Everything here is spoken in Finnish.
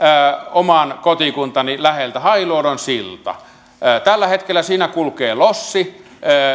oman kotikuntani läheltä hailuodon silta tällä hetkellä siinä kulkee lossi